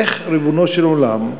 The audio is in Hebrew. איך, ריבונו של עולם,